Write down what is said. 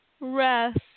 rest